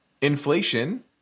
inflation